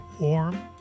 warm